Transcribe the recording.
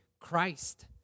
Christ